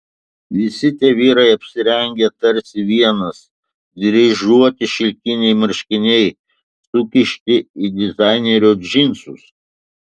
visi tie vyrai apsirengę tarsi vienas dryžuoti šilkiniai marškiniai sukišti į dizainerio džinsus